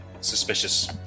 suspicious